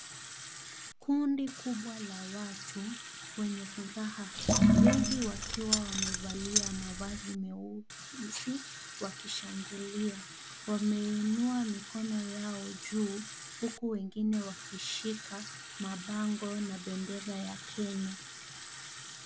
Kundi kubwa la watu, wenye furaha. Wengi wakiwa wamevalia mavazi meusi wakishangilia. Wameinua mikono yao juu, huku wengine wakishika mabango na bendera ya Kenya.